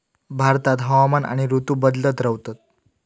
भारतात हवामान आणि ऋतू बदलत रव्हतत